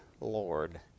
Lord